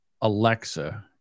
Alexa